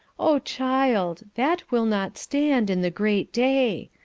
o child, that will not stand in the great day.